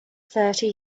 thirty